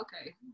Okay